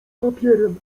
papierem